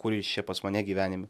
kur jis čia pas mane gyvenime